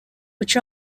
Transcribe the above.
which